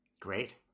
Great